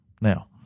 Now